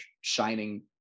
shining